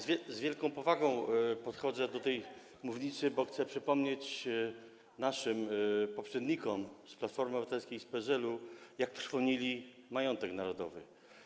Z wielką powagą podchodzę do tej mównicy, bo chcę przypomnieć naszym poprzednikom z Platformy Obywatelskiej i PSL-u, jak trwonili majątek narodowy.